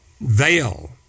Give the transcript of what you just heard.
veil